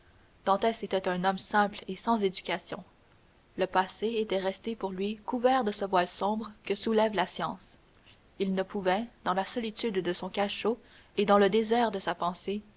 était un homme simple et sans éducation le passé était resté pour lui couvert de ce voile sombre que soulève la science il ne pouvait dans la solitude de son cachot et dans le désert de sa pensée